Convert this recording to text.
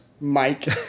Mike